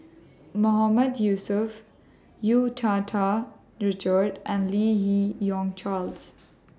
Mahmood Yusof Hu Tau Tau Richard and Lim Yi Yong Charles